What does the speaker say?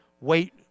Wait